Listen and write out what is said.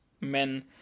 men